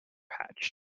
hatched